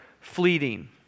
fleeting